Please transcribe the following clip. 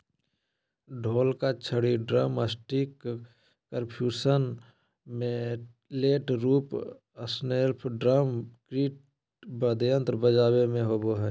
ढोल का छड़ी ड्रमस्टिकपर्क्यूशन मैलेट रूप मेस्नेयरड्रम किट वाद्ययंत्र बजाबे मे होबो हइ